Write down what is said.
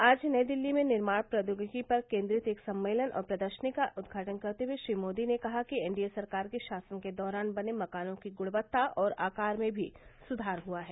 आज नई दिल्ली में निर्माण प्रौद्योगिकी पर केन्द्रित एक सम्मेलन और प्रदर्शनी का उद्घाटन करते हुए श्री मोदी ने कहा कि एनडीए सरकार के शासन के दौरान बने मकानों की गुणवत्ता और आकार में भी सुधार हुआ है